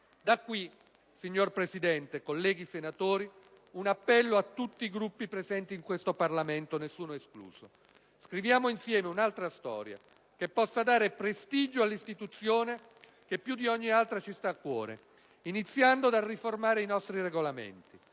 Da qui, signor Presidente, colleghi senatori, un appello a tutti i Gruppi presenti in questo Parlamento, nessuno escluso: scriviamo insieme un'altra storia, che possa dare prestigio all'istituzione che più di ogni altra ci sta a cuore, iniziando dalla riforma dei nostri regolamenti.